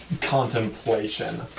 contemplation